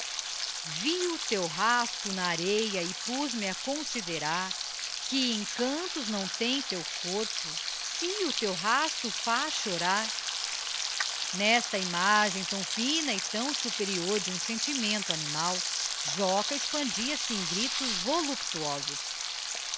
o teu rasto na areia e puz-me a considerar que encantos não tem teu corpo si o teu rasto faz chorar n'esta imagem tão fina e tão superior de um sentimento animal joca expandia-se em gritos voluptuosos